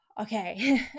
okay